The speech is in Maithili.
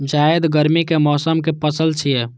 जायद गर्मी के मौसम के पसल छियै